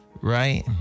Right